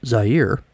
Zaire